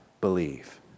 believe